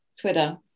Twitter